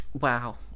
Wow